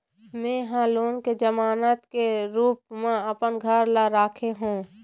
में ह लोन के जमानत के रूप म अपन घर ला राखे हों